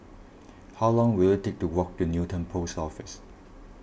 how long will it take to walk to Newton Post Office